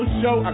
show